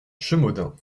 chemaudin